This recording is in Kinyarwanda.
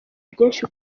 byinshi